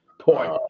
Point